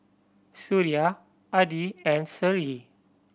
Suria Adi and Seri